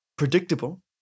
predictable